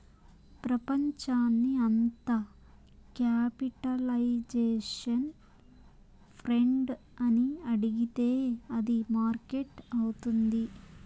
ప్రపంచాన్ని అంత capitalisation friend అని అడిగితే అది మార్కెట్ అవుతుంది